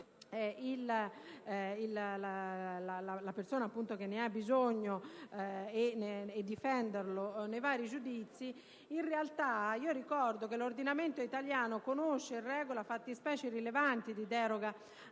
la persona che ne ha bisogno e difenderla nei vari giudizi. In realtà, ricordo che l'ordinamento italiano conosce e regola fattispecie rilevanti di deroga